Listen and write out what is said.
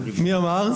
מי אמר?